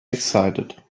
excited